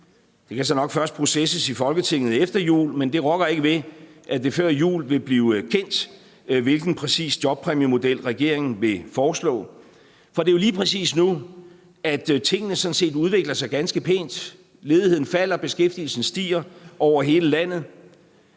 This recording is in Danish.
Det kan så nok først processes i Folketinget efter jul, men det rokker ikke ved, at det før jul vil blive kendt, præcis hvilken jobpræmiemodel regeringen vil foreslå. For det er jo lige præcis nu, at tingene sådan set udvikler sig ganske pænt. Ledigheden falder, beskæftigelsen stiger over hele landet.